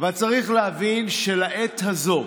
אבל צריך להבין שלעת הזאת,